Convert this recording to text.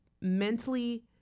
mentally